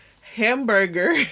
Hamburger